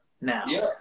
now